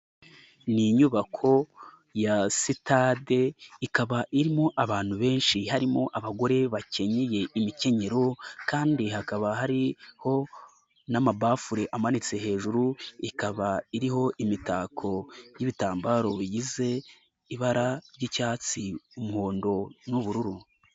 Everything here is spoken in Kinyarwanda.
Ni inyubako ya sitade ikaba irimo abantu benshi harimo abagore bakenyeye imikenyero kandi hakaba hari ho n'amabafule amanitse hejuru ikaba iriho imitako y'ibitambaro bigize ibara ry'icyatsi, umuhondo n'ubururu.